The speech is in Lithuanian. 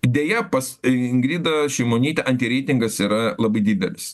deja pas ingridą šimonytę antireitingas yra labai didelis